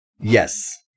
yes